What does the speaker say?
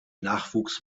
nachwuchs